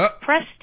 Press